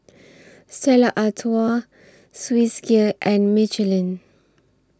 Stella Artois Swissgear and Michelin